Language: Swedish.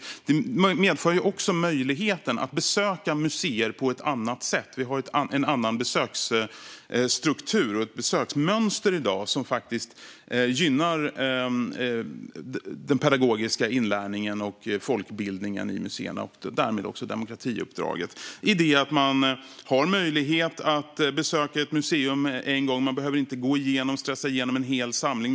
Reformen medför också möjligheten att besöka museer på ett annat sätt. Vi har en annan besöksstruktur och ett annat besöksmönster i dag, som gynnar den pedagogiska inlärningen och folkbildningen i museerna och därmed också demokratiuppdraget. Man har nu möjligheten att besöka ett museum en gång utan att behöva gå igenom det och stressa igenom en hel samling.